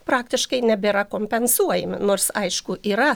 praktiškai nebėra kompensuojami nors aišku yra